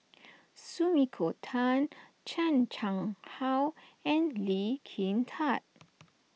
Sumiko Tan Chan Chang How and Lee Kin Tat